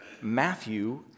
Matthew